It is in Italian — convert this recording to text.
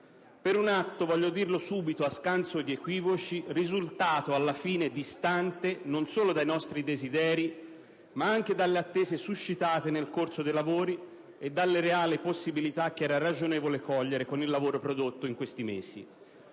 per un atto - voglio dirlo subito, a scanso di equivoci - risultato alla fine distante non solo dai nostri desideri, ma anche dalle attese suscitate nel corso dei lavori e dalle reali possibilità che sarebbe stato ragionevole cogliere con il lavoro prodotto in questi mesi.